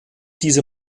diese